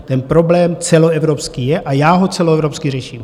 Ten problém celoevropský je a já ho celoevropsky řeším.